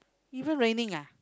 even raining ah